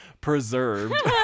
preserved